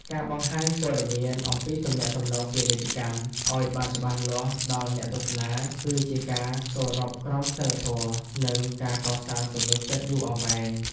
ការបង្ហាញព័ត៌មានអំពីទំនាក់ទំនងពាណិជ្ជកម្ម ឱ្យបានច្បាស់លាស់ដល់អ្នកទស្សនា គឺជាការគោរពក្រមសីលធម៌ និងការកសាងទំនុកចិត្តយូរអង្វែង។